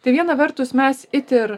tai viena vertus mes it ir